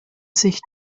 sich